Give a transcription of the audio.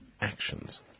actions